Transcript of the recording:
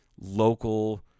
local